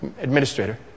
administrator